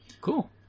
Cool